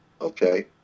Okay